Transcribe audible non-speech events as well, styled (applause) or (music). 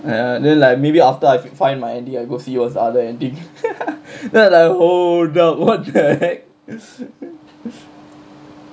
then like maybe after I find my ending I go see what's the other ending (laughs) then I like hold up what the heck